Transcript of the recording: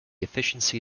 efficiency